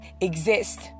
exist